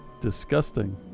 disgusting